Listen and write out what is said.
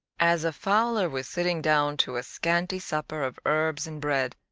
as a fowler was sitting down to a scanty supper of herbs and bread,